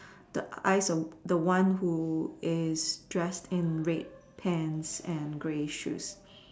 the eyes of the one who is dressed in red pants and grey shoes